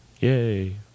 yay